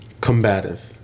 combative